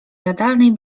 jadalnej